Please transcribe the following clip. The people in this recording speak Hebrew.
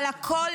אבל הכול,